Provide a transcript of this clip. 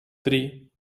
три